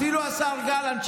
אפילו השר גלנט,